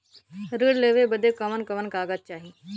ऋण लेवे बदे कवन कवन कागज चाही?